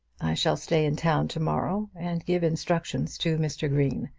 shall stay in town to-morrow and give instructions to mr. green.